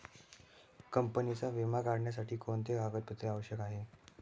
कंपनीचा विमा काढण्यासाठी कोणते कागदपत्रे आवश्यक आहे?